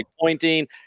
pointing